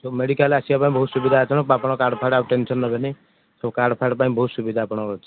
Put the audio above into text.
medical ଆସିବା ପାଇଁ ବହୁ ସୁବିଧା ଅଛି ଆପଣଙ୍କର କାର୍ଡ଼ ଫାର୍ଡ଼ର ଟେନସନ୍ ନେବେନି ସବୁ କାର୍ଡ଼ ଫାର୍ଡ଼ ପାଇଁ ସବୁ ସୁବିଧା ଆପଣଙ୍କର ଅଛି